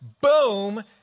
Boom